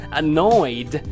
annoyed